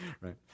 right